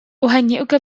أهنّئك